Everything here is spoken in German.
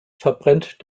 verbrennt